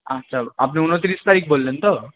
আচ্ছা আপনি উনতিরিশ তারিখ বললেন তো